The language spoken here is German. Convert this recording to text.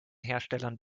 herstellern